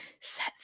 set